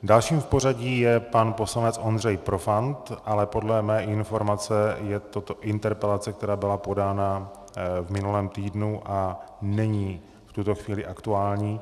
Dalším v pořadí je pan poslanec Ondřej Profant, ale podle mé informace je toto interpelace, která byla podána v minulém týdnu a není v tuto chvíli aktuální.